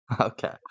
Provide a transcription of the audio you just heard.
Okay